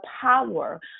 power